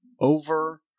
over